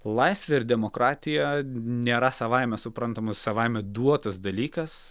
laisvė ir demokratija nėra savaime suprantamas savaime duotas dalykas